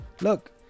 Look